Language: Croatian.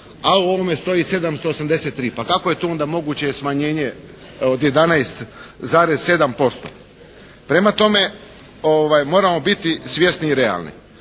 a u ovome stoji 783. Pa kako je to onda moguće smanjenje od 11,7%. Prema tome, moramo biti svjesni i realni.